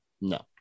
No